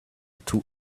two